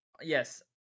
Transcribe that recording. Yes